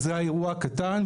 וזה היה אירוע קטן,